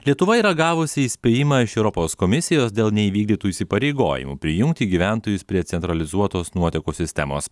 lietuva yra gavusi įspėjimą iš europos komisijos dėl neįvykdytų įsipareigojimų prijungti gyventojus prie centralizuotos nuotekų sistemos